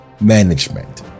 management